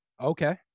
Okay